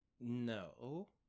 no